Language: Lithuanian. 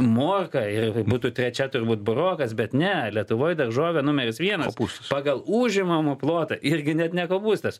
morka ir būtų trečia turbūt burokas bet ne lietuvoj daržovė numeris vienas pagal užimamą plotą irgi net ne kopūstas